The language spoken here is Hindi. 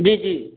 जी जी